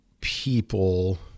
people